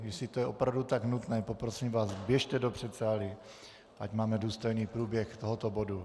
Jestli je to opravdu tak nutné, poprosím vás, běžte do předsálí, ať máme důstojný průběh tohoto bodu.